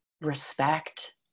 respect